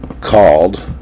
called